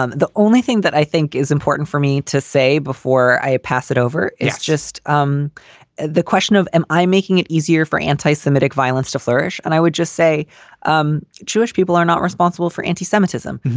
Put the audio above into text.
um the only thing that i think is important for me to say before i pass it over is just um the question of am i making it easier for anti-semitic violence to flourish? and i would just say um jewish people are not responsible for anti-semitism.